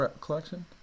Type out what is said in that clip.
collection